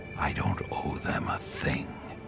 i don't owe them a thing.